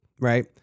right